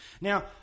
Now